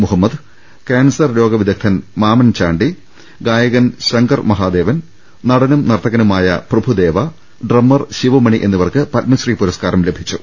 Muhammad cancer രോഗ വിദഗ്ദ്ധൻ മാമൻ ചാണ്ടി ഗായകൻ ശങ്കർ മഹാദേവൻ നടനും നർത്തകനുമായ പ്രഭുദേവ ഡ്രമ്മർ ശിവമണി എന്നിവർക്ക് പത്മശ്രീ പുരസ്കാരവും ലഭിച്ചു